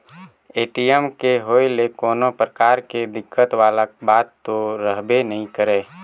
ATM के होए ले कोनो परकार के दिक्कत वाला बात तो रहबे नइ करे